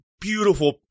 beautiful